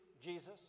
Jesus